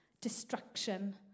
destruction